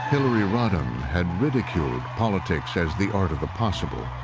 hillary rodham had ridiculed politics as the art of the possible.